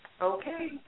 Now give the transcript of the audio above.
okay